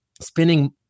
spending